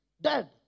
dead